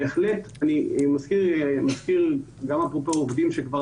בהחלט אני מזכיר גם אפרופו עובדים - שכבר